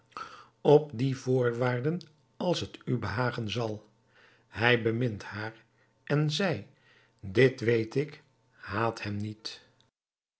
op die voorwaarden als het u behagen zal hij bemint haar en zij dit weet ik haat hem niet